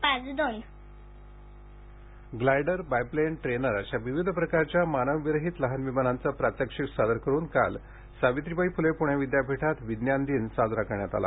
विज्ञान दिन glider biplane trainer अशा विविध प्रकारच्या मानव विरहित लहान विमानांचं प्रात्यक्षिक सादर करुन काल सावित्रीबाई फुले पूर्णे विद्यापीठात विज्ञान दिन साजरा करण्यात आला